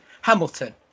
Hamilton